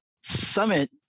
Summit